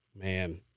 Man